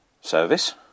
Service